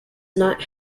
not